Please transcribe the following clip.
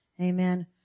Amen